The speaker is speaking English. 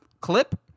clip